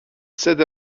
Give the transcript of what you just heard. set